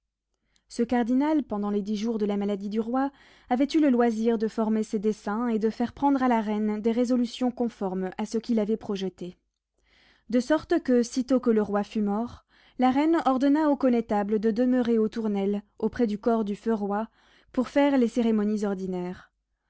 ce cardinal pendant les dix jours de la maladie du roi avait eu le loisir de former ses desseins et de faire prendre à la reine des résolutions conformes à ce qu'il avait projeté de sorte que sitôt que le roi fut mort la reine ordonna au connétable de demeurer aux tournelles auprès du corps du feu roi pour faire les cérémonies ordinaires